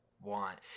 want